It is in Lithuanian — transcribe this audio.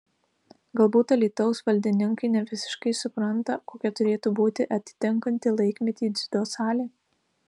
galbūt alytaus valdininkai ne visiškai supranta kokia turėtų būti atitinkanti laikmetį dziudo salė